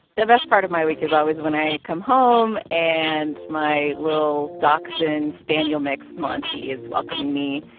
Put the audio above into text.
the best part of my week is always when i come home and my little dachshund-spaniel mix monty is welcoming me.